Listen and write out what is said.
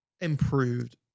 Improved